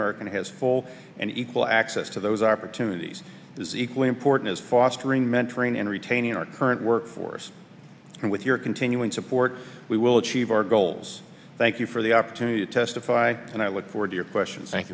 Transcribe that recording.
american has full and equal access to those opportunities is equally important as fostering mentoring and retaining our current workforce and with your continuing support we will achieve our goals thank you for the op testify and i look forward to your questions thank